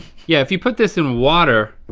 yeah if you put this in water,